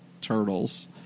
turtles